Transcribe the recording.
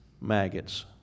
maggots